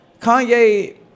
Kanye